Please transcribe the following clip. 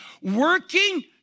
working